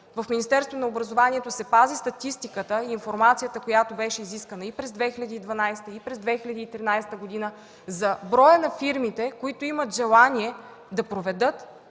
В Министерството на образованието се пази статистиката, информацията, която беше изискана през 2012 г. и през 2013 г., за броя на фирмите, които имат желание да проведат